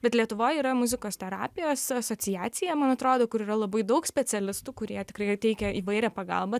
bet lietuvoj yra muzikos terapijos asociacija man atrodo kur yra labai daug specialistų kurie tikrai teikia įvairią pagalbą